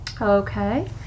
Okay